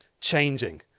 changing